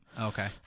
Okay